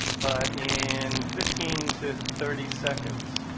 but in fifteen to thirty seconds,